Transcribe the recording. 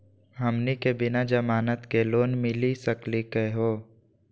हमनी के बिना जमानत के लोन मिली सकली क हो?